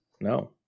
No